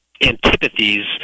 antipathies